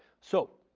so,